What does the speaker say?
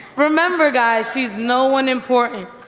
remember guys, she's no one important.